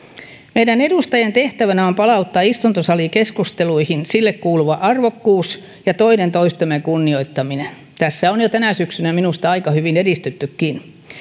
meidän edustajien tehtävänä on palauttaa istuntosalikeskusteluihin niille kuuluva arvokkuus ja toinen toistemme kunnioittaminen tässä on jo tänä syksynä minusta aika hyvin edistyttykin